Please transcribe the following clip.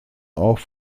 auch